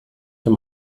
dem